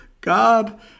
God